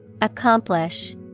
Accomplish